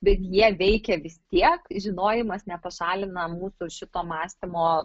bet jie veikia vis tiek žinojimas nepašalina mūsų šito mąstymo